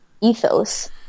ethos